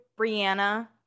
Brianna